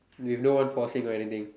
you have no one forcing or anything